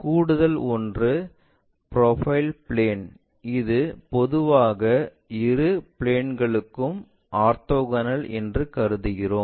கூடுதல் ஒன்று profile plane இது பொதுவாக இரு பிளேன்களுக்கும் ஆர்த்தோகனல் என்று கருதுகிறோம்